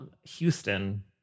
Houston